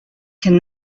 can